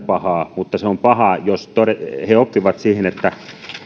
pahaa mutta se on pahaa jos he oppivat siihen että